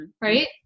right